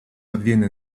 avviene